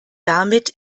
damit